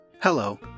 Hello